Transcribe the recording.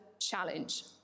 challenge